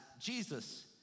Jesus